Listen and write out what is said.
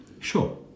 Sure